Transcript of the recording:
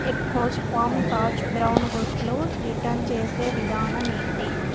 eggs farm తాజ్ brown గుడ్లు return చేసే విధానం ఏంటి